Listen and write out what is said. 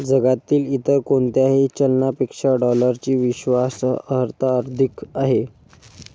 जगातील इतर कोणत्याही चलनापेक्षा डॉलरची विश्वास अर्हता अधिक आहे